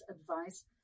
advice